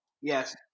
Yes